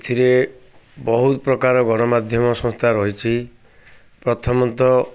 ଏଥିରେ ବହୁତ ପ୍ରକାର ଗଣମାଧ୍ୟମ ସଂସ୍ଥା ରହିଛି ପ୍ରଥମତଃ